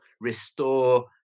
restore